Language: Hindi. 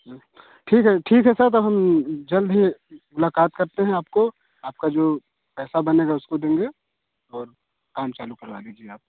हाँ ठीक है ठीक है सर तो हम जल्द ही मुलाकात करते हैं आपको आपका जो पैसा बनेगा उसको देंगे और काम चालू करवा दीजिए आप